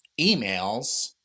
emails